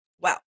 Wow